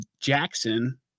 Jackson